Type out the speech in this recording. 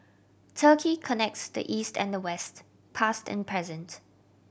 Turkey connects the East and the West past and present